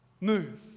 move